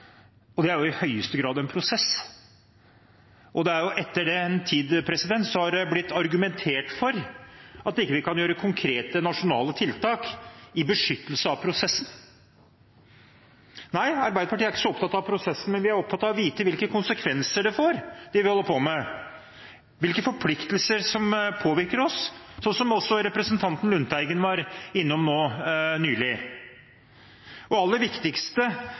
år. Det er jo i høyeste grad en prosess. Det har etter den tid blitt argumentert for at vi ikke kan gjøre konkrete nasjonale tiltak, for å beskytte prosessen. Nei, Arbeiderpartiet er ikke så opptatt av prosesser, men vi er opptatt av å vite hvilke konsekvenser det får, det vi holder på med, hvilke forpliktelser som påvirker oss, som også representanten Lundteigen var innom nå nylig. Det aller viktigste